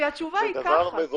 כי התשובה היא ככה.